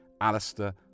Alistair